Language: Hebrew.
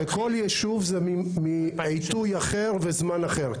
בכל יישוב זה מעיתוי אחר וזמן אחר.